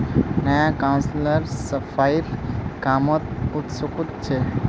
नया काउंसलर सफाईर कामत उत्सुक छ